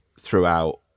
throughout